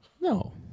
No